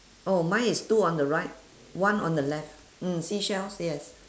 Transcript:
oh mine is two on the right one on the left mm seashells yes